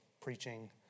preaching